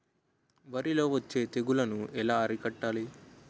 వరిలో వచ్చే తెగులని ఏలా అరికట్టాలి?